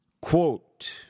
Quote